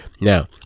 now